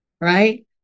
Right